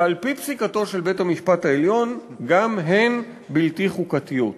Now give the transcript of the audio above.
שעל-פי פסיקתו של בית-המשפט העליון גם הן בלתי חוקתיות.